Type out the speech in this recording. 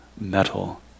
metal